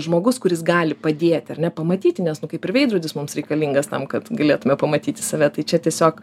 žmogus kuris gali padėti ar ne pamatyti nes nu kaip ir veidrodis mums reikalingas tam kad galėtume pamatyti save tai čia tiesiog